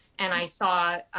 and i saw,